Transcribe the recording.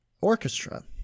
orchestra